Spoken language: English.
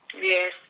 Yes